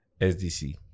SDC